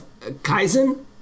kaizen